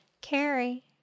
Carrie